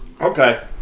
Okay